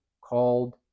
called